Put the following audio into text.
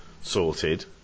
sorted